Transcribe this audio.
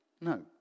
No